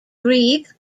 grieg